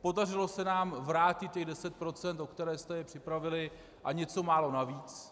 Podařilo se nám vrátit těch 10 %, o které jste je připravili, a něco málo navíc.